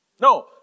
No